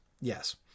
Yes